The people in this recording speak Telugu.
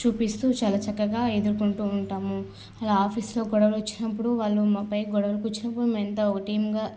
చూపిస్తూ చాలా చక్కగా ఎదుర్కొంటూ ఉంటాము అలా ఆఫీసులో గొడవలు వచ్చినప్పుడు వాళ్లు మాపై గొడవలకి వచ్చినప్పుడు మేమంతా ఒక టీముగా